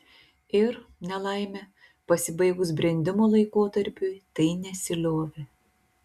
ir nelaimė pasibaigus brendimo laikotarpiui tai nesiliovė